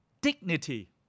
dignity